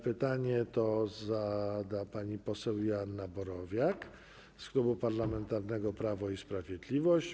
Pytanie to zada pani poseł Joanna Borowiak z Klubu Parlamentarnego Prawo i Sprawiedliwość.